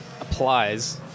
applies